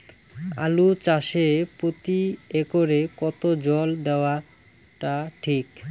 আলু চাষে প্রতি একরে কতো জল দেওয়া টা ঠিক?